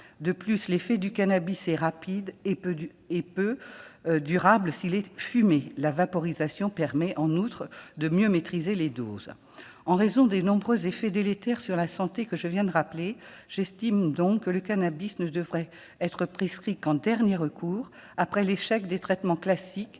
De plus, l'effet du cannabis est rapide et peu durable s'il est fumé. La vaporisation permet en outre de mieux maîtriser les doses. En raison des nombreux effets délétères sur la santé que je viens de rappeler, j'estime que le cannabis ne devrait être prescrit qu'en dernier recours, après l'échec des traitements classiques,